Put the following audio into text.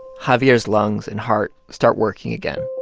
javier's lungs and heart start working again.